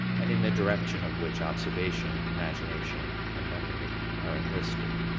and in the direction of which observation, imagination, and memory are enlisted.